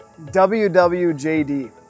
WWJD